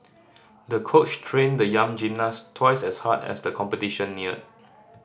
the coach trained the young gymnast twice as hard as the competition neared